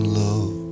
love